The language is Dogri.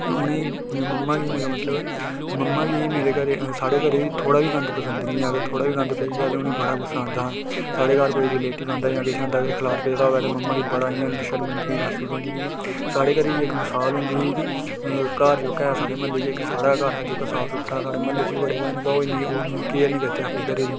उ'नें ई ममा गी मेरा मतलब ऐ ममा गी मेरे घरै साढ़े घरै च थोह्ड़ा बी गंद पसंद नेईं ऐ अगर थोह्डा बी गंद पेई जा तां उ'नें गी बडा गुस्सा औंदा ऐ साढ़े घर कोई रिलेटिव औंदां जां के किश औंदा जे खलार पेदा होऐ तां ममा गी बड़ा इ'यां शर्मिंदगी मसूस होंदी कि साढ़े घरै दी इक मसाल होंदी ही कि घर जेह्का ऐ साढ़े मह्ललै च इक साढ़ा गै घर हा जेह्का साफ सुथरा हा साढ़े मह्ललै च बी बड़े घर न ओह् इन्नी ओह् इन्नी केयर नेईं करदे अपने घरै दी